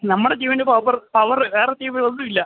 നമ്മുടെ ടീമിൻ്റെ power power വേറെ ടീമിനൊന്നും ഇല്ല